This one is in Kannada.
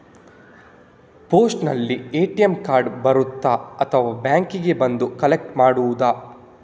ಪೋಸ್ಟಿನಲ್ಲಿ ಎ.ಟಿ.ಎಂ ಕಾರ್ಡ್ ಬರುತ್ತಾ ಅಥವಾ ಬ್ಯಾಂಕಿಗೆ ಬಂದು ಕಲೆಕ್ಟ್ ಮಾಡುವುದು?